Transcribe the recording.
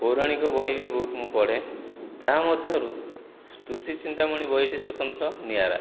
ପୌରାଣିକ ବହି ବି ବହୁତ ମୁଁ ପଢ଼େ ତାହା ମଧ୍ୟରୁ ସ୍ତୁତି ଚିନ୍ତାମଣି ବହିଟି ସ୍ୱତନ୍ତ୍ର ନିଆରା